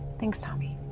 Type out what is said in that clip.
thanks, tommy.